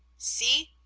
see,